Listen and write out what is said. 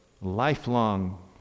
lifelong